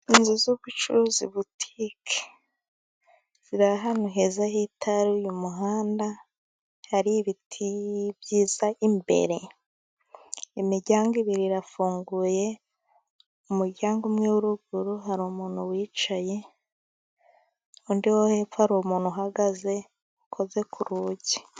Inzu z'ubucuruzi butike ziri ahantu heza hitaruye muhanda, hari ibiti byiza imbere. Imiryango ibiri irafunguye, umuryango umwe wo ruguru, hari umuntu wicaye, undi wo hepfo hari umuntu uhagaze ukoze ku ruhugi.